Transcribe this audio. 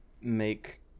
make